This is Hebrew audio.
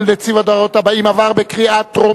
רבותי, אנחנו עוברים להצבעה.